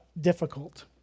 difficult